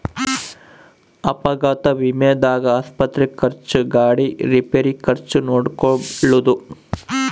ಅಪಘಾತ ವಿಮೆದಾಗ ಆಸ್ಪತ್ರೆ ಖರ್ಚು ಗಾಡಿ ರಿಪೇರಿ ಖರ್ಚು ನೋಡ್ಕೊಳೊದು